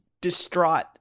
distraught